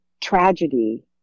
tragedy